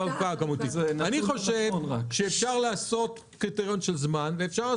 אני חושב שאפשר לעשות קריטריון של זמן ואפשר לקבוע